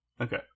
Okay